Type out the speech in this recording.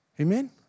Amen